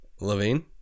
Levine